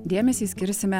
dėmesį skirsime